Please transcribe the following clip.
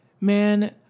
Man